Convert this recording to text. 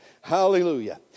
Hallelujah